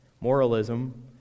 Moralism